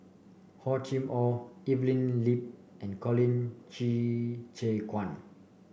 Hor Chim Or Evelyn Lip and Colin Qi Zhe Quan